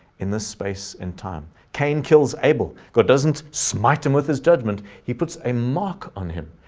in this space and time, cain kills abel, god doesn't smite him with his judgment, he puts a mark on him,